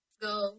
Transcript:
go